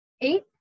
Eight